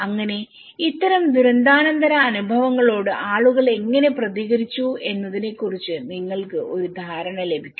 അങ്ങനെ ഇത്തരം ദുരന്താനന്തര അനുഭവങ്ങളോട് ആളുകൾ എങ്ങനെ പ്രതികരിച്ചു എന്നതിനെക്കുറിച്ച് നിങ്ങൾക്ക് ഒരു ധാരണ ലഭിക്കും